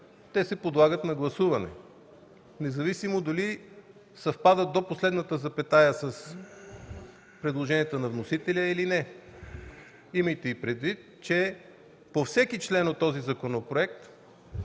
те се подлагат на гласуване независимо дали съвпадат до последната запетая с предложението на вносителя, или не. Имайте и предвид, че по всеки член от този законопроект